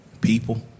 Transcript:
people